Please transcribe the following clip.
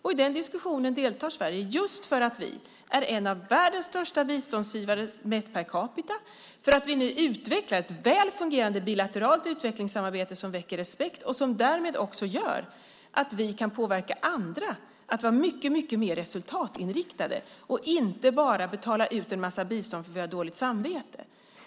I den diskussionen deltar Sverige, just för att vi är en av världens största biståndsgivare mätt per capita och för att vi nu utvecklar ett väl fungerande bilateralt utvecklingssamarbete som väcker respekt. Det gör att vi kan påverka andra att vara mycket mer resultatinriktade och inte bara betala ut en massa bistånd för att man har dåligt samvete.